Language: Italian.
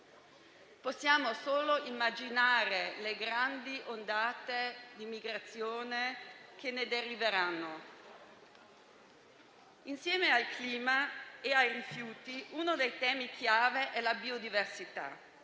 Possiamo solo immaginare le grandi ondate di migrazione che ne deriveranno. Insieme al clima e ai rifiuti, uno dei temi chiave è la biodiversità.